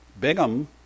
Bingham